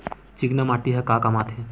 चिकना माटी ह का काम आथे?